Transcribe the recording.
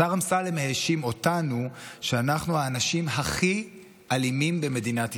השר אמסלם האשים אותנו בכך שאנחנו האנשים הכי אלימים במדינת ישראל,